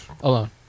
alone